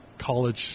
college